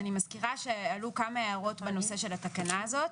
אני מזכירה שעלו כמה הערות בנושא של התקנה הזאת.